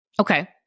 Okay